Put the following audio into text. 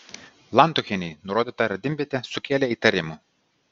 lantuchienei nurodyta radimvietė sukėlė įtarimų